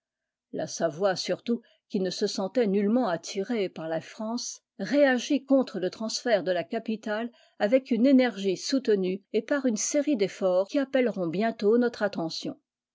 la savoie surtout qui ne se sentait nullement attirée par la france réagit contre le transfert de la capitale avec une énergie soutenue et par une série d'efforts qui appelleront bientôt notre attention